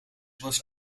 was